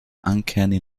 uncanny